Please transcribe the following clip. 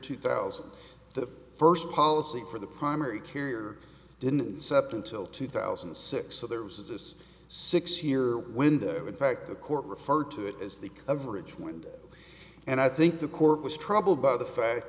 two thousand the first policy for the primary carrier didn't sept until two thousand and six so there was this six year window in fact the court referred to it as the coverage went and i think the court was troubled by the fact